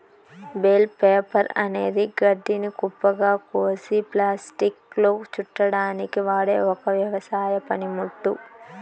bale wrapper అనేది గడ్డిని కుప్పగా చేసి ప్లాస్టిక్లో చుట్టడానికి వాడె ఒక వ్యవసాయ పనిముట్టు